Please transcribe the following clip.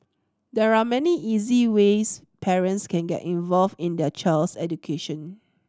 there are many easy ways parents can get involved in their child's education